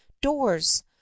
doors